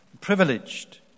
privileged